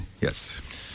yes